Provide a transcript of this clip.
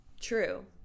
True